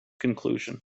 conclusion